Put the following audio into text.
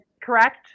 Correct